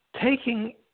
taking